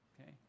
okay